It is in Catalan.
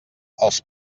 els